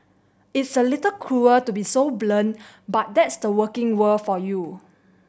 it's a little cruel to be so blunt but that's the working world for you